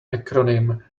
acronym